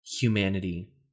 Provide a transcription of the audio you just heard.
humanity